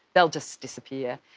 they'll just disappear'.